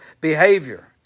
behavior